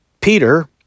Peter